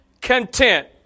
content